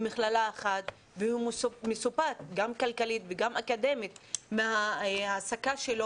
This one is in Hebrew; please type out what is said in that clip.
במכללה אחת והוא מסופק גם כלכלית וגם אקדמית בתנאי העסקתו,